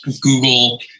Google